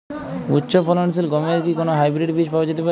উচ্চ ফলনশীল গমের কি কোন হাইব্রীড বীজ পাওয়া যেতে পারে?